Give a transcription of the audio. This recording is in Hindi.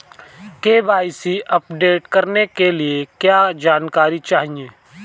के.वाई.सी अपडेट करने के लिए क्या जानकारी चाहिए?